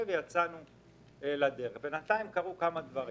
יצאנו לדרך, רק שבינתיים קרו כמה דברים.